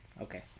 Okay